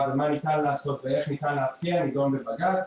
ומה ניתן לעשות ואיך ניתן להפקיע נידון בבג"צ.